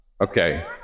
Okay